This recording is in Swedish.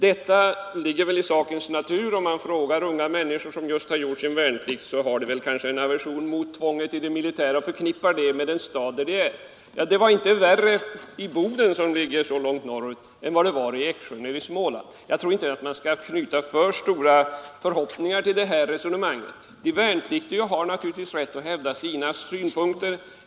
Det ligger väl i sakens natur att man, om man frågar unga människor som just gjort sin värnplikt, finner en aversion mot tvånget i det militära, förknippad med den stad där de varit förlagda. Det var inte värre i Boden, som ligger så långt norrut, än i Eksjö i Småland. Jag tror därför inte att man skall knyta alltför stora förhoppningar till herr Björcks resonemang. De värnpliktiga har naturligtvis rätt att hävda sina synpunkter.